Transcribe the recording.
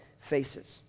faces